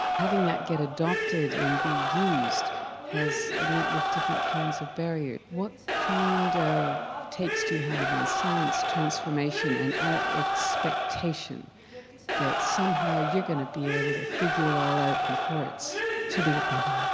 having that get adopted and be used has met with different kinds of barriers. what kind of takes do you have on science transformation and our expectation that somehow you're going to be able to figure it all out before it's too big a problem?